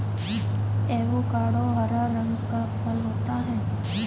avocado हरा रंग का फल होता है